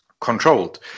controlled